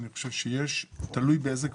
אני חושב שיש, תלוי באיזה קבוצות.